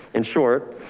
in short,